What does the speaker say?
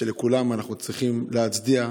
ולכולם אנחנו צריכים להצדיע,